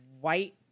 White